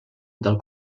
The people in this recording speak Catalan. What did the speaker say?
del